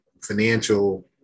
financial